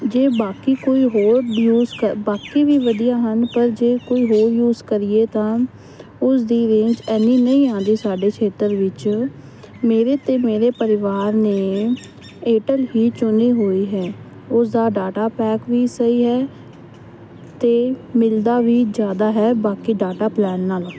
ਜੇ ਬਾਕੀ ਕੋਈ ਹੋਰ ਡਿਊਸ ਕ ਬਾਕੀ ਵੀ ਵਧੀਆ ਹਨ ਪਰ ਜੇ ਕੋਈ ਹੋਰ ਯੂਸ ਕਰੀਏ ਤਾਂ ਉਸ ਦੀ ਰੇਂਜ ਇੰਨੀ ਨਹੀਂ ਆਉਂਦੀ ਸਾਡੇ ਖਤਰ ਵਿੱਚ ਮੇਰੇ ਅਤੇ ਮੇਰੇ ਪਰਿਵਾਰ ਨੇ ਏਅਰਟੈਲ ਹੀ ਚੁਣੀ ਹੋਈ ਹੈ ਉਸ ਦਾ ਡਾਟਾ ਪੈਕ ਵੀ ਸਹੀ ਹੈ ਅਤੇ ਮਿਲਦਾ ਵੀ ਜ਼ਿਆਦਾ ਹੈ ਬਾਕੀ ਡਾਟਾ ਪਲੈਨ ਨਾਲੋਂ